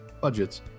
budgets